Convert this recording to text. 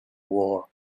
war